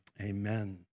amen